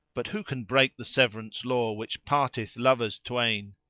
but who can break the severance law which parteth lovers twain!